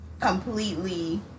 completely